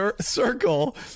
Circle